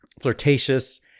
flirtatious